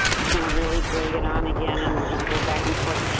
it's gonna really drag it on again. and we're gonna go back and forth.